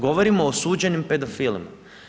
Govorimo o osuđenim pedofilima.